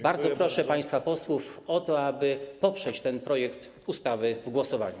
Bardzo proszę państwa posłów o to, aby poprzeć ten projekt ustawy w głosowaniu.